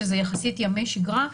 שזה יחסית ימי שגרה,